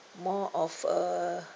more of a